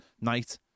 night